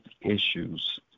issues